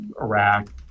Iraq